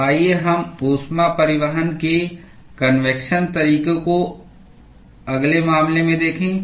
तो आइए हम ऊष्मा परिवहन के कन्वेक्शन तरीके को अगले मामले में देखें